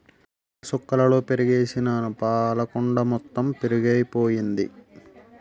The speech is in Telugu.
పాలసుక్కలలో పెరుగుసుకేసినాను పాలకుండ మొత్తెము పెరుగైపోయింది